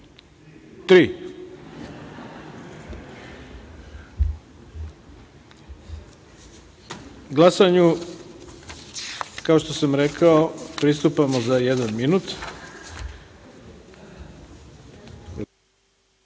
časova. Glasanju, kao što sam rekao, pristupamo za jedan minut. Pre